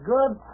Good